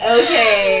okay